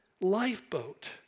lifeboat